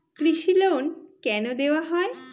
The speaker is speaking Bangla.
কৃষি লোন কেন দেওয়া হয়?